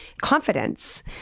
confidence